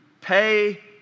pay